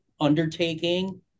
undertaking